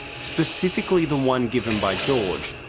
specifically the one given by george,